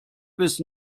bis